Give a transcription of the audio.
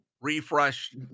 refresh